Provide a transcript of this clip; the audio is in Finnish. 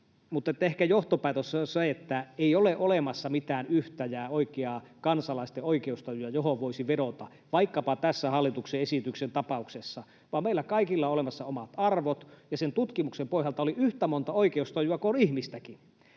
Mutta ehkä johtopäätös on se, että ei ole olemassa mitään yhtä ja oikeaa kansalaisten oikeustajua, johon voisi vedota vaikkapa tässä hallituksen esityksen tapauksessa, vaan meillä kaikilla on olemassa omat arvot, ja sen tutkimuksen pohjalta oli yhtä monta oikeustajua kuin on ihmistäkin.